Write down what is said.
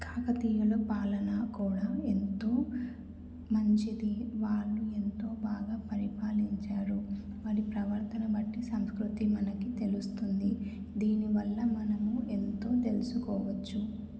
కాకతీయుల పాలన కూడా ఎంతో మంచిది వాళ్ళు ఎంతో బాగా పరిపాలించారు వారి ప్రవర్తన బట్టి సంస్కృతి మనకు తెలుస్తుంది దీనివల్ల మనము ఎంతో తెలుసుకోవచ్చు